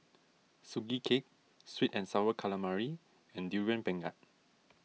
Sugee Cake Sweet and Sour Calamari and Durian Pengat